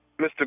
Mr